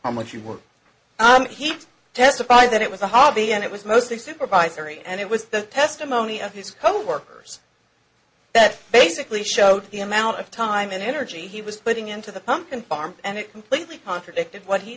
how much you work he testified that it was a hobby and it was mostly supervisory and it was the testimony of his coworkers that basically showed the amount of time and energy he was putting into the pump and farm and it completely contradicted what he